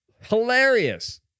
Hilarious